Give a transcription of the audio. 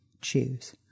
choose